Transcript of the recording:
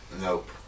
Nope